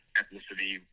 ethnicity